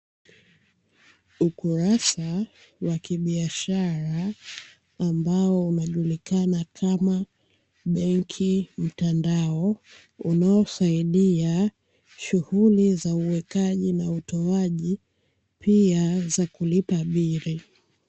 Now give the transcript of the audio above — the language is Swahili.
Ukurasa wa kibiashara ambao unajulikana kama benki mtandao, unaosaidia shughuli za uwekaji na utoaji, pia za kulipa bili.